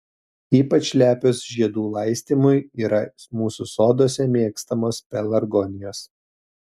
ypač lepios žiedų laistymui yra mūsų soduose mėgstamos pelargonijos